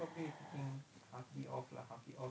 ya